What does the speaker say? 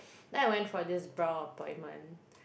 then I went for this brow appoinment